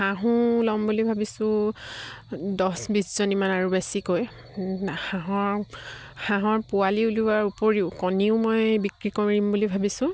হাঁহো ল'ম বুলি ভাবিছোঁ দছ বিছজনীমান আৰু বেছিকৈ হাঁহৰ হাঁহৰ পোৱালি ওলোৱাৰ উপৰিও কণীও মই বিক্ৰী কৰিম বুলি ভাবিছোঁ